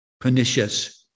pernicious